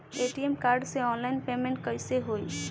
ATM card से online payment कैसे होई?